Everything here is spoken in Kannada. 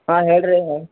ಹಾಂ ಹೇಳಿರಿ ಯಾರು